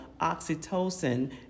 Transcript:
oxytocin